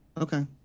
okay